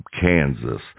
Kansas